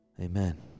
Amen